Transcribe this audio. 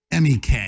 MEK